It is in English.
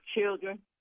children